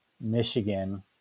Michigan